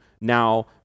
now